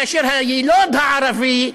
כאשר היילוד הערבי,